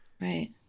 right